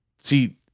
See